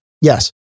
Yes